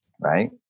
right